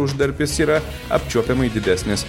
uždarbis yra apčiuopiamai didesnis